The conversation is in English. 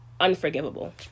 unforgivable